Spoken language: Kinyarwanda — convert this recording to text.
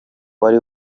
wari